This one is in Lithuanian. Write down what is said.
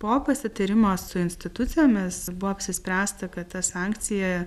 po pasitarimo su institucijomis buvo apsispręsta kad ta sankcija